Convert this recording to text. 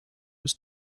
was